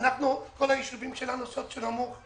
כל הישובים שלנו נמצאים מבחינה סוציו אקונומית בדירוג נמוך.